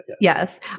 yes